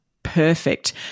Perfect